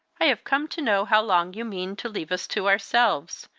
i have come to know how long you mean to leave us to ourselves?